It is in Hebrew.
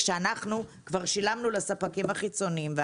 כשאנחנו כבר שילמנו לספקים חיצוניים.